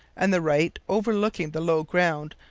and the right, overlooking the low ground,